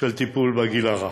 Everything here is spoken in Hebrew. בטיפול בגיל רך.